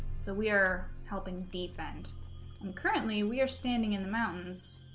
so we are helping defend and currently we are standing in the mountains